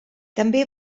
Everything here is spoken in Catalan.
també